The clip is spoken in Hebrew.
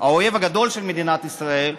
האויב הגדול של מדינת ישראל,